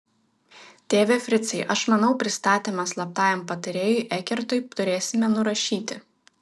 tėve fricai aš manau pristatymą slaptajam patarėjui ekertui turėsime nurašyti